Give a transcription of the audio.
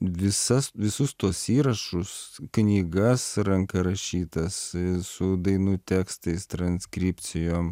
visas visus tuos įrašus knygas ranka rašytas su dainų tekstais transkripcijom